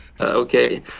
Okay